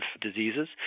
diseases